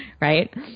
right